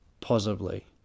positively